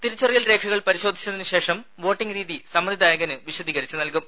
തിരിച്ചറിയൽ രേഖകൾ പരിശോധിച്ചതിന് ശേഷം വോട്ടിംഗ് രീതി സമ്മതിദായകന് വിശദീകരിച്ചു നൽകും